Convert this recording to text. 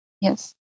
Yes